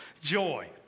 joy